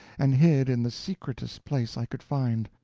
and hid in the secretest place i could find.